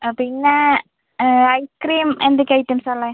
പിന്നെ ഐസ്ക്രീം എന്തൊക്കെ ഐറ്റംസ് ആണ് ഉള്ളത്